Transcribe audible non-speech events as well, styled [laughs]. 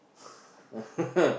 [laughs]